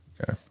Okay